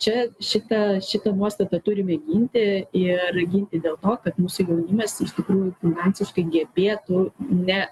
čia šitą šitą nuostatą turime ginti ir ginti dėl to kad mūsų jaunimas iš tikrųjų finansiškai gebėtų ne